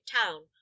town